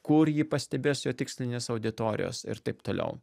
kur jį pastebės jo tikslinės auditorijos ir taip toliau